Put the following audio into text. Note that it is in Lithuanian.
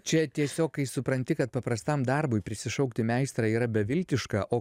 čia tiesiog kai supranti kad paprastam darbui prisišaukti meistrą yra beviltiška o